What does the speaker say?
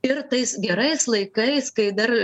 ir tais gerais laikais kai dar